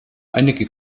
einige